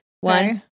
One